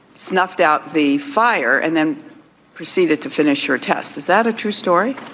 snuffed out the fire and then proceeded to finish your tests. is that a true story?